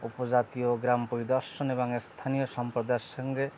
উপজাতি ও গ্রাম পরিদর্শন এবং স্থানীয় সম্প্রদায়ের সঙ্গে